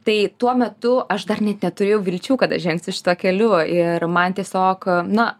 tai tuo metu aš dar net neturėjau vilčių kad aš žengsiu šituo keliu ir man tiesiog na